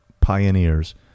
pioneers